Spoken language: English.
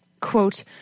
quote